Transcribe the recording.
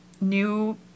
new